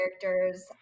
characters